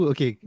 Okay